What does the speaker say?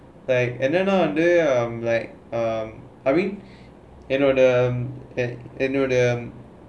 like and then nowaday um like um I mean என்னோடு என்னோடு:ennodu ennodu